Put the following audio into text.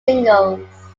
singles